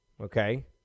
okay